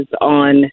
on